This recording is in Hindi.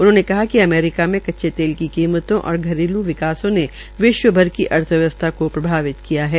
उन्होंने कहा कि अमेरिका मे कच्चे तेल की कीमतों और घरेल् विकासों ने विश्वभर की अर्थव्यवस्था को प्रभावित किया है